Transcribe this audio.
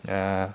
ya